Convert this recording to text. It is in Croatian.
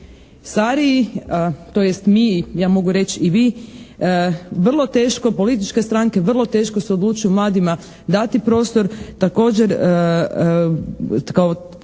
Stariji, tj. mi, ja mogu reći i vi, vrlo teško, političke stranke vrlo teško se odlučuju mladima dati prostor, također kao